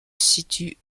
situe